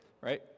right